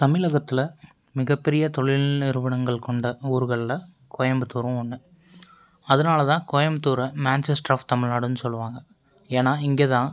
தமிழகத்தில் மிகப் பெரிய தொழில் நிறுவனங்கள் கொண்ட ஊர்களில் கோயம்புத்தூரும் ஒன்று அதனால் தான் கோயம்புத்தூரை மான்செஸ்டர் ஆஃப் தமிழ்நாடுன்னு சொல்வாங்க ஏன்னால் இங்கேதான்